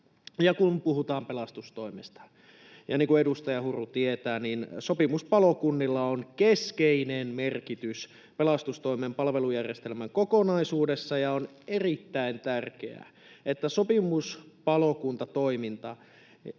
Ja kun puhutaan pelastustoimesta, ja niin kuin edustaja Huru tietää, sopimuspalokunnilla on keskeinen merkitys pelastustoimen palvelujärjestelmän kokonaisuudessa, ja on erittäin tärkeää, että sopimuspalokuntatoiminta